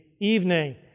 evening